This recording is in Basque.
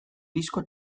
disko